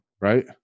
right